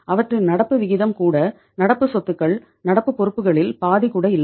அவற்றின் நடப்பு விகிதம் கூட நடப்பு சொத்துக்கள் நடப்பு பொறுப்புகளில் பாதி கூட இல்லை